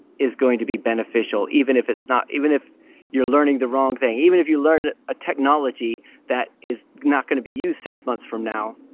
is going to be beneficial even if it's not even if you're learning the wrong thing, even if you learn a technology that is not going to be used six months from now,